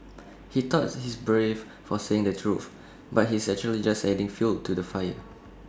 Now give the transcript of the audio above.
he thought he's brave for saying the truth but he's actually just adding fuel to the fire